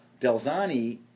Delzani